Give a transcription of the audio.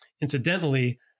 Incidentally